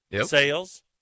Sales